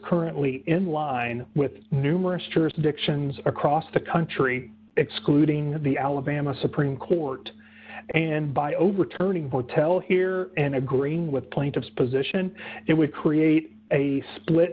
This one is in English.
currently in line with numerous jurisdictions across the country excluding the alabama supreme court and by overturning hotel here and agreeing with plaintiffs position it would create a split